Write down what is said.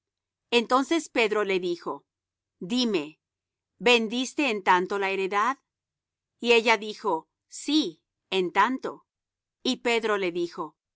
entonces pedro le dijo dime vendisteis en tanto la heredad y ella dijo sí en tanto y pedro le dijo por